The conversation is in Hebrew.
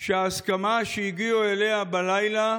שההסכמה שהגיעו אליה בלילה